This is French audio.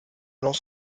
lance